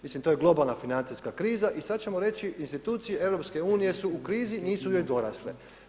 Mislim to je globalna financijska kriza i sada ćemo reći institucije EU su u krizi, nisu joj dorasle.